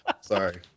Sorry